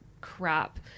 crap